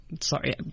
sorry